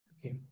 Okay